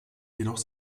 jedoch